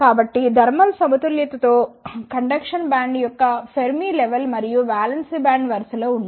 కాబట్టి థర్మల్ సమతుల్యతలో conduction band యొక్క ఫెర్మి లెవెల్ మరియు వాలెన్స్ బ్యాండ్ వరుసలో ఉంటాయి